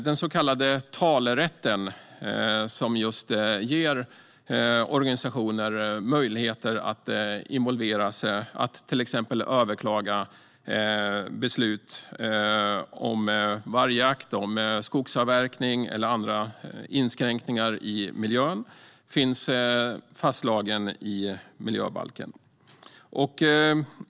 Den så kallade talerätten, som just ger organisationer möjligheter att involveras och till exempel överklaga beslut om vargjakt, skogsavverkning eller andra inskränkningar i miljön, finns fastslagen i miljöbalken.